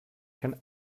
can